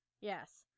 Yes